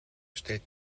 stellt